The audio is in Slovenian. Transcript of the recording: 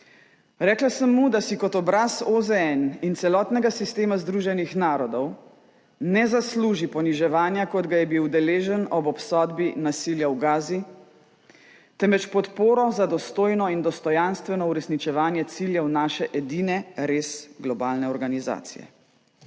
Rekla sem mu, da si kot obraz OZN in celotnega sistema Združenih narodov ne zasluži poniževanja, kot ga je bil deležen ob obsodbi nasilja v Gazi, temveč podporo za dostojno in dostojanstveno uresničevanje ciljev naše edine res globalne organizacije.